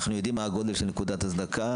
אנחנו יודעים מה הגודל של נקודת הזנקה,